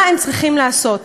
מה הם צריכים לעשות?